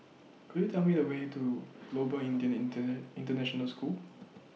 Could YOU Tell Me The Way to Global Indian Internet International School